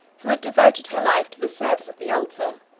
who had devoted her life to the service of the altar,